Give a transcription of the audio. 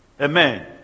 Amen